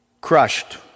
crushed